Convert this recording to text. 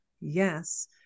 Yes